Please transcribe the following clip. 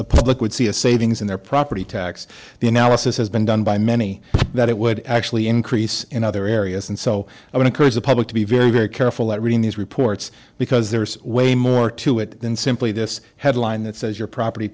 the public would see a savings in their property tax the analysis has been done by many that it would actually increase in other areas and so i would encourage the public to be very very careful at reading these reports because there's way more to it than simply this headline that says your property